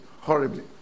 horribly